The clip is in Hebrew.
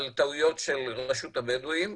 על טעויות של רשות הבדואים,